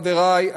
חברי,